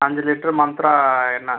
அஞ்சு லிட்ரு மந்த்ரா எண்ணெய்